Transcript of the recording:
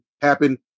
happen